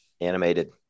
animated